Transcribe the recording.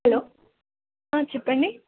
hello చెప్పండి